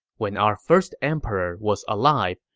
when our first emperor was alive,